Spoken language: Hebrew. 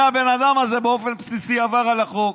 הרי הבן אדם הזה באופן בסיסי עבר על החוק.